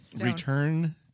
return